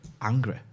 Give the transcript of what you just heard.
angry